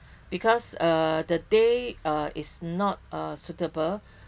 because uh the day uh is not uh suitable uh we have